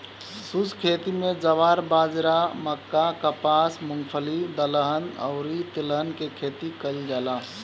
शुष्क खेती में ज्वार, बाजरा, मक्का, कपास, मूंगफली, दलहन अउरी तिलहन के खेती कईल जाला